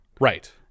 right